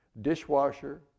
dishwasher